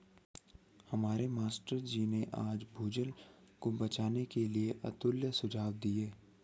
हमारे मास्टर जी ने आज भूजल को बचाने के लिए अतुल्य सुझाव दिए